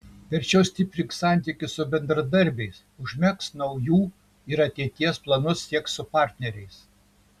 verčiau stiprink santykius su bendradarbiais užmegzk naujų ir ateities planus siek su partneriais